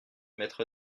maître